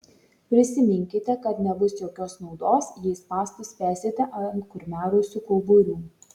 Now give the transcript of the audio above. prisiminkite kad nebus jokios naudos jei spąstus spęsite ant kurmiarausių kauburių